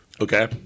Okay